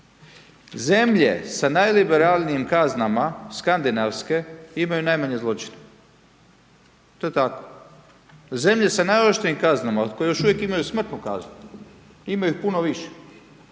Zemlje sa najliberalnijim kaznama, Skandinavske, imaju najmanje zločina. To je tako. Zemlje sa najoštrijim kaznama od kojih još uvijek imaju smrtnu kaznu, ima ih puno više.